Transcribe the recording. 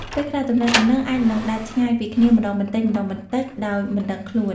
ពេលខ្លះ ទំនាក់ទំនងអាចនឹងដាច់ឆ្ងាយពីគ្នាម្ដងបន្តិចៗដោយមិនដឹងខ្លួន។